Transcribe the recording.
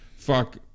Fuck